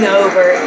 over